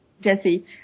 Jesse